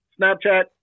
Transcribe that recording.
Snapchat